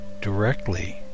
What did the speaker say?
directly